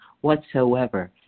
whatsoever